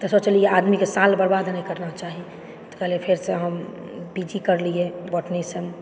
तऽ सोचलियै आदमीके साल बर्बाद नहि करबाक चाही तऽ कहलियै फेरसँ हम पीजी करलियै बॉटनी से